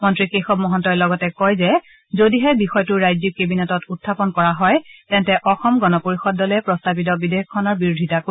মন্ত্ৰী কেশৱ মহন্তই লগতে কয় যে যদিহে বিষয়টো ৰাজ্যিক কেবিনেটত উখাপন কৰা হয় তেন্তে অসম গণ পৰিয়দ দলে প্ৰস্তাৱিত বিধেয়কখনৰ বিৰোধিতা কৰিব